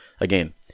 again